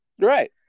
Right